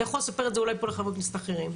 אתה יכול לספר את זה אולי פה לחברי כנסת אחרים.